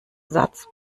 satz